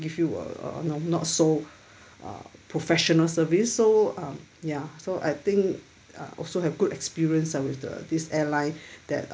give you uh not so uh professional service so um ya so I think uh also have good experience ah with the this airline that